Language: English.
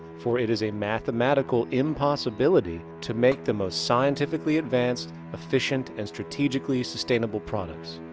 for it is a mathematical impossibility to make the most scientifically advanced efficient and strategically sustainable products.